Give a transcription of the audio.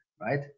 right